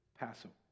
Passover